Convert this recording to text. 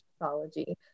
pathology